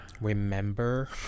Remember